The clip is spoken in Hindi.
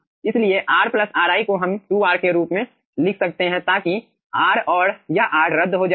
इसलिए r ri को हम 2r के रूप में लिख सकते हैं ताकि r और यह r रद्द हो जाएगा